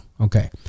Okay